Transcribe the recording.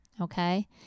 okay